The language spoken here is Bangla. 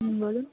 হুম বলুন